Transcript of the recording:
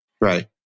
Right